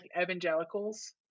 evangelicals